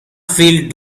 filled